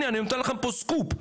סקופ.